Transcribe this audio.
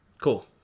Cool